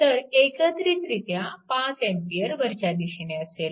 तर एकत्रितरित्या 5A वरच्या दिशेने असेल